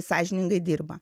sąžiningai dirba